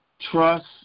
trust